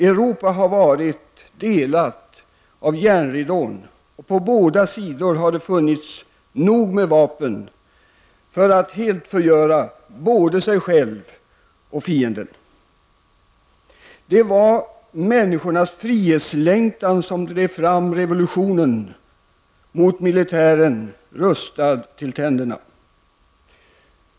Europa har varit delat av järnridån, och på båda sidor har man haft nog med vapen för att helt kunna förgöra både sig själv och fienden. Det var människornas frihetslängtan som drev fram revolutionen mot militären, rustad till tänderna.